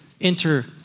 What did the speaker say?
enter